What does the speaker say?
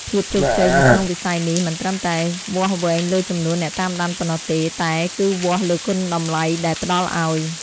ភាពជោគជ័យនៅក្នុងវិស័យនេះមិនត្រឹមតែវាស់វែងលើចំនួនអ្នកតាមដានប៉ុណ្ណោះទេតែគឺវាស់លើគុណតម្លៃដែលផ្ដល់ឱ្យ។